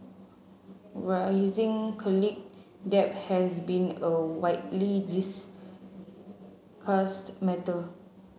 rising college debt has been a widely discussed matter